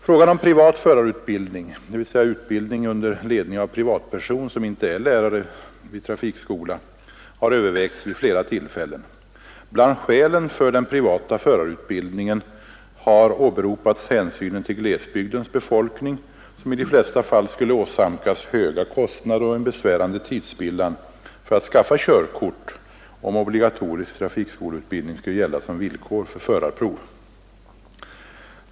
Frågan om privat förarutbildning — dvs. utbildning under ledning av privatperson som inte är lärare vid trafikskola — har övervägts vid flera tillfällen. Bland skälen för den privata förarutbildningen har åberopats hänsynen till glesbygdens befolkning, som i de flesta fall skulle åsamkas höga kostnader och en besvärande tidsspillan för att skaffa körkort, om obligatorisk trafikskoleutbildning skulle gälla som villkor för förarprov.